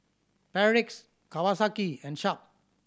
Perdix Kawasaki and Sharp